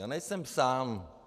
A nejsem sám.